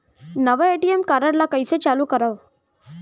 नवा ATM card ल कइसे चालू करव?